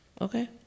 Okay